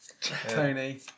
Tony